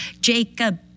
Jacob